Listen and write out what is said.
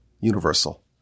universal